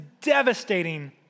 devastating